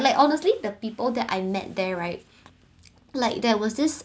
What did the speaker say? like honestly the people that I met there right like there was this